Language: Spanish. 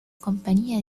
compañía